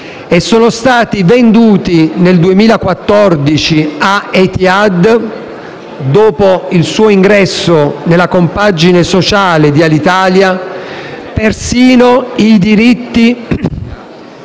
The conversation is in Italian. e sono stati venduti nel 2014 a Etihad, dopo il suo ingresso nella compagine sociale di Alitalia, persino i diritti